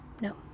No